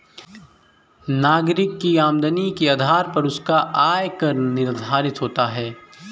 नागरिक की आमदनी के आधार पर उसका आय कर निर्धारित होता है